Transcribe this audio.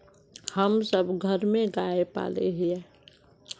हम सब घर में गाय पाले हिये?